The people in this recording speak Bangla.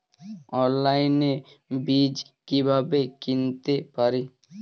অনলাইনে বীজ কীভাবে কিনতে পারি?